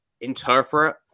interpret